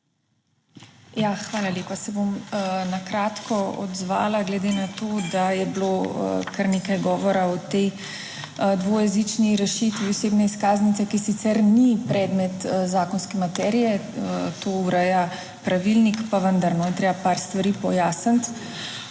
Hvala lepa, se bom na kratko odzvala, glede na to, da je bilo kar nekaj govora o tej dvojezični rešitvi osebne izkaznice, ki sicer ni predmet zakonske materije. To ureja pravilnik, pa vendar je treba par stvari pojasniti.